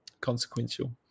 consequential